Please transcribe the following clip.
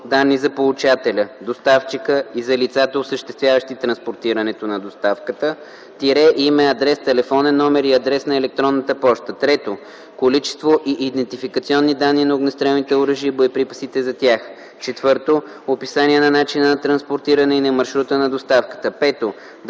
данни за получателя, доставчика и за лицата, осъществяващи транспортирането на доставката - име, адрес, телефонен номер и адрес на електронната поща; 3. количество и идентификационни данни на огнестрелните оръжия и боеприпасите за тях; 4. описание на начина на транспортиране и на маршрута на доставката; 5.